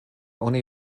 oni